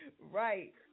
Right